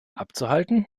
abzuhalten